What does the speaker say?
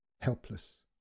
Helpless